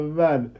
man